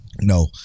No